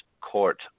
Court